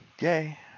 Yay